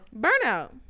Burnout